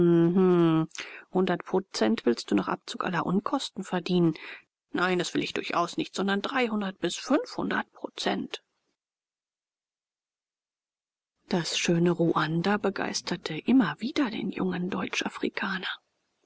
hundert prozent willst du nach abzug aller unkosten verdienen nein das will ich durchaus nicht sondern dreihundert bis fünfhundert prozent das schöne ruanda begeisterte immer wieder den jungen